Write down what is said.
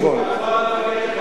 רק פואד המפקד שלך?